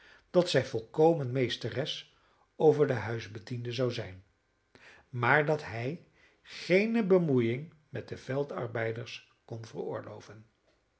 dat zij volkomen meesteres over de huisbedienden zou zijn maar dat hij geene bemoeiing met de veldarbeiders kon veroorloven